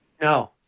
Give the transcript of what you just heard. No